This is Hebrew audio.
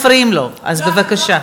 אתם קצת מפריעים לו, אז בבקשה.